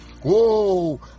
Whoa